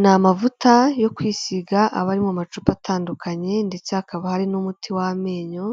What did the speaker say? Ni amavuta yo kwisiga abari mu macupa atandukanye ndetse hakaba hari n'umuti w'amenyo